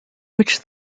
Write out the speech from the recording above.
which